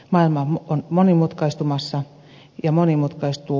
maailma on monimutkaistumassa ja monimutkaistuu